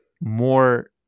more